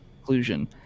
conclusion